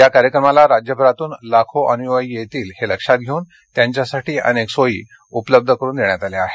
या कार्यक्रमाला राज्यभरातून लाखो अनुयायी येतील हे लक्षात घेऊन त्यांच्यासाठी अनेक सोयी उपलब्ध करून देण्यात आल्या आहेत